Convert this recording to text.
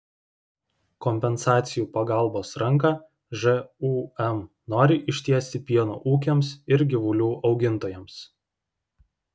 kompensacijų pagalbos ranką žūm nori ištiesti pieno ūkiams ir gyvulių augintojams